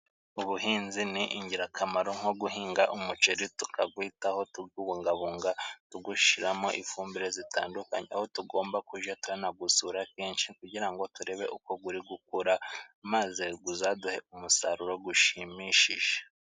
Ubuhinzi ni ingirakamaro, nko guhinga umuceri tukawitaho tuwubungabunga, tuwushyiramo ifumbire itandukanye, aho tugomba kujya tunawusura kenshi kugira ngo turebe uko uri gukura maze uzaduhe umusaruro ushimishije.